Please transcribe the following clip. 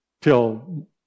till